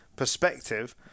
perspective